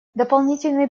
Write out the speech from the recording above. дополнительный